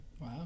wow